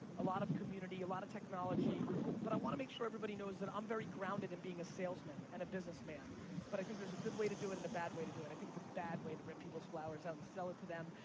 a lot of community, a lot of technology but i want to make sure everybody knows that i'm very grounded in being a salesman and a businessman but i think there's a good way to do it in a bad way to do it. i think it's a bad way to rip people's flowers out and sell it to them.